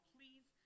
Please